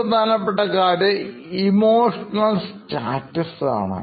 പ്രധാനപ്പെട്ട കാര്യം emotional status ആണ്